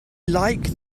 like